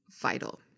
vital